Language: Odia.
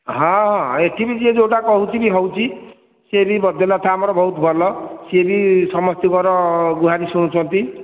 ହଁ ଏଠି ବି ଯିଏ ଯେଉଁଟା କହୁଛି ବି ହେଉଛି ସେ ବି ବୈଦ୍ୟନାଥ ଆମର ବହୁତ ଭଲ ସେ ବି ସମସ୍ତଙ୍କର ଗୁହାରି ଶୁଣୁଛନ୍ତି